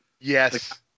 Yes